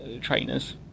trainers